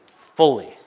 fully